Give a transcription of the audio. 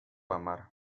amar